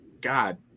god